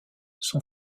son